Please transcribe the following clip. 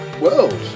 world